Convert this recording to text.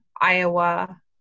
Iowa